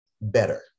better